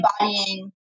embodying